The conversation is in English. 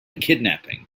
kidnapping